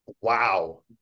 Wow